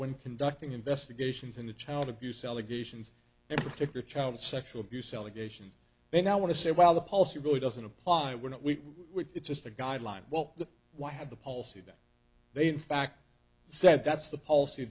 when conducting investigations into child abuse allegations in particular child sexual abuse allegations and i want to say while the policy really doesn't apply wouldn't we it's just a guideline well the why have the policy that they in fact said that's the policy